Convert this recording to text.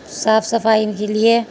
صاف صفائی کے لیے